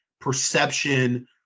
perception